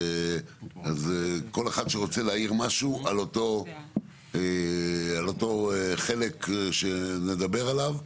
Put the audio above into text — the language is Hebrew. אז כל אחד שרוצה להעיר משהו על אותו חלק שנדבר עליו,